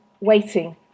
waiting